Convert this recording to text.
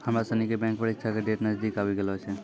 हमरा सनी के बैंक परीक्षा के डेट नजदीक आवी गेलो छै